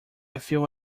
feel